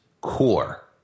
core